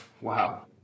Wow